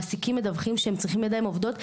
מעסיקים מדווחים שהם צריכים ידיים עובדות,